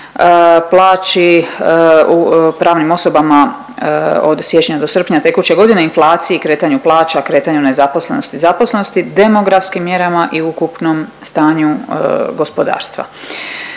plaći u pravnim osobama od siječnja do srpnja tekuće godine, inflaciji, kretanju plaća, kretanju nezaposlenosti, zaposlenosti, demografskim mjerama i ukupnom stanju gospodarstva.